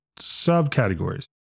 subcategories